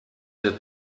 der